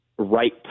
right